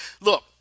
Look